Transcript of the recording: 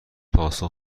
پاسخ